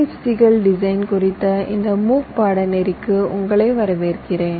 ஐ physical design குறித்த இந்த MOOC பாடநெறிக்கு உங்களை வரவேற்கிறேன்